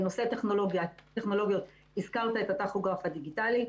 בנושא טכנולוגיות, הזכרת את הטכוגרף הדיגיטלי.